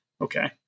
Okay